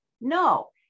no